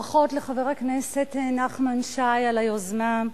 ברכות לחבר הכנסת נחמן שי על היוזמה.